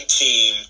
team